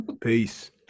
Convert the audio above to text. Peace